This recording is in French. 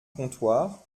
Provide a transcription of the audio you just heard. comptoir